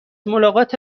ملاقات